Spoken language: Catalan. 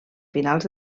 finals